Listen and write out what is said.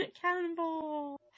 Cannonball